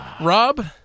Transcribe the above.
Rob